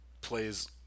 plays